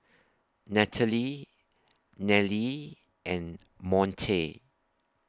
Nathaly Nellie and Monte